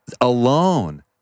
alone